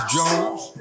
Jones